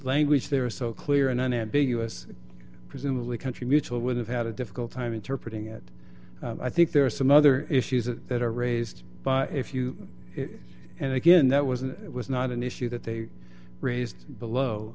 language there was so clear and unambiguous presumably country mutual would have had a difficult time interpreting it i think there are some other issues that are raised by if you and again that wasn't it was not an issue that they raised below